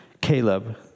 Caleb